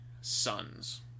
sons